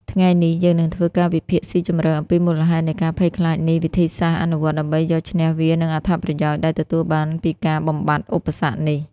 ថ្ងៃនេះ យើងនឹងធ្វើការវិភាគស៊ីជម្រៅអំពីមូលហេតុនៃការភ័យខ្លាចនេះ វិធីសាស្ត្រអនុវត្តដើម្បីយកឈ្នះវា និងអត្ថប្រយោជន៍ដែលទទួលបានពីការបំបាត់ឧបសគ្គនេះ។